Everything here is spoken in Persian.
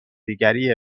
دیگری